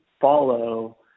follow